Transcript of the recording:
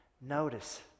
notice